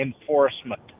enforcement